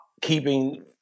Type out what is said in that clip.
keeping